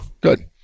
good